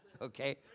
okay